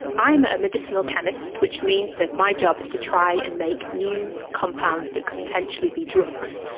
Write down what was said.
i'm a medicinal chemist, which means that my job is to try and make new compounds that could potentially be drugs.